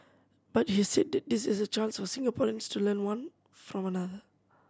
but he said that this is a chance for Singaporeans to learn one from